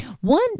one